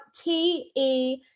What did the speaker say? T-E